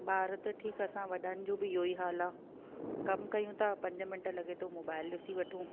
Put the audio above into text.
ॿार त ठीकु असां वॾनि जो बि इहेई हाल आहे कमु कयूं था पंज मिंट लॻे थो मोबाइल ॾिसी वठूं